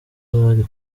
bari